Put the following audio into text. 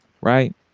right